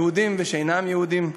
יהודים ושאינם יהודים,